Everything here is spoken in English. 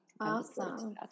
Awesome